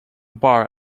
bar